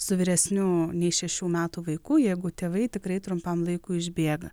su vyresniu nei šešių metų vaikų jeigu tėvai tikrai trumpam laikui išbėga